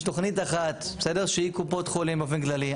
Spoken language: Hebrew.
יש תכנית אחת שהיא קופות חולים באופן כללי,